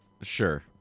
Sure